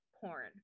porn